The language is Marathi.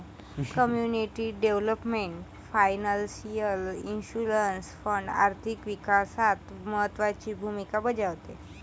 community development financial institution fund आर्थिक विकासात महत्त्वाची भूमिका बजावते